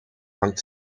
hangt